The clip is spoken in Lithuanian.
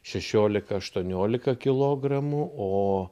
šešiolika aštuoniolika kilogramų o